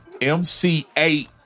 MC8